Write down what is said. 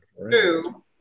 True